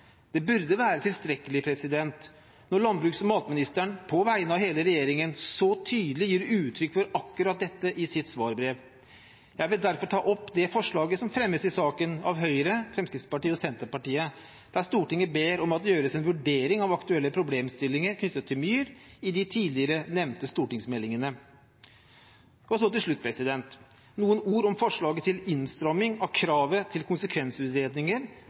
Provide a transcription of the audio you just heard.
Det burde være tilstrekkelig at landbruks- og matministeren, på vegne av hele regjeringen, så tydelig gir uttrykk for akkurat dette i sitt svarbrev. Jeg vil derfor ta opp det forslaget som fremmes i saken av Høyre, Fremskrittspartiet og Senterpartiet, der Stortinget ber om at det gjøres en vurdering av aktuelle problemstillinger knyttet til myr i de tidligere nevnte stortingsmeldingene. Så til slutt noen ord om forslaget til innstramming av kravet til konsekvensutredninger,